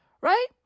Right